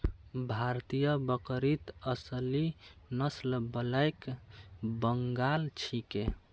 भारतीय बकरीत असली नस्ल ब्लैक बंगाल छिके